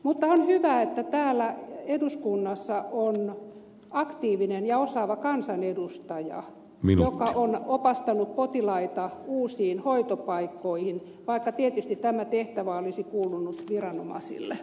mutta on hyvä että täällä eduskunnassa on aktiivinen ja osaava kansanedustaja joka on opastanut potilaita uusiin hoitopaikkoihin vaikka tietysti tämä tehtävä olisi kuulunut viranomaisille